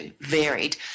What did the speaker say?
varied